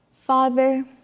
Father